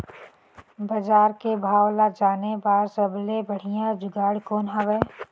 बजार के भाव ला जाने बार सबले बढ़िया जुगाड़ कौन हवय?